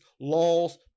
laws